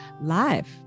live